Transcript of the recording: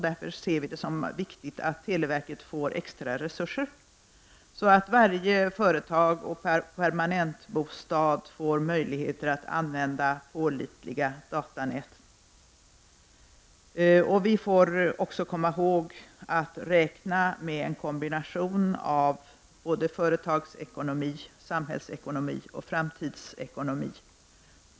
Därför ser vi det som viktigt att televerket får extra resurser så att varje företag och permanentbostad får möjligheter att använda pålitliga datanät. Vi får också komma ihåg att räkna med en kombination av företagsekonomi, samhällsekonomi och framtidsekonomi.